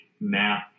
math